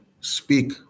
speak